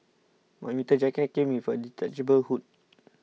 my winter jacket came with a detachable hood